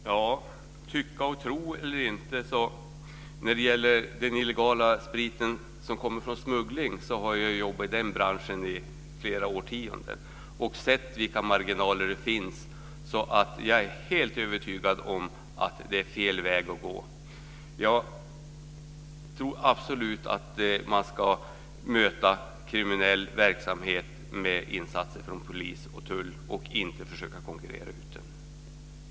Fru talman! Man kan tycka och tro. Men när det gäller den illegala sprit som kommer från smuggling så har jag jobbat i den branschen i flera årtionden och sett vilka marginaler som finns. Jag är därför helt övertygad om att detta är fel väg att gå. Jag tror absolut att man ska möta kriminell verksamhet med insatser från polis och tull och inte försöka konkurrera ut den.